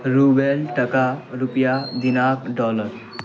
روبیل ٹکا روپیہ دینار ڈالر